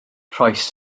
rhoes